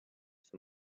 for